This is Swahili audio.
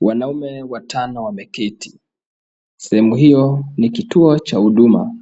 Wanaume watano wameketi. Sehemu hiyo ni kituo cha huduma.